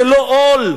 זה לא עול,